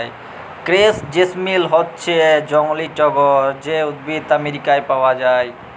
crepe jasmine হচ্যে জংলী টগর যে উদ্ভিদ আমেরিকায় পাওয়া যায়